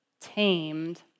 tamed